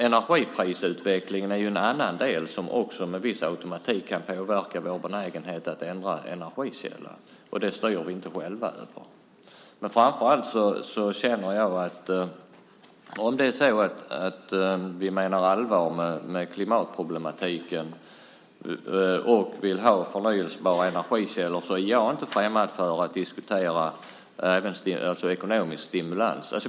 Energiprisutvecklingen är en annan del som med viss automatik kan påverka vår benägenhet att byta energikälla, och den styr vi inte själva över. Men om vi tar klimatproblematiken på allvar och vill ha förnybara energikällor är jag inte främmande för att diskutera även ekonomisk stimulans.